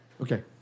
Okay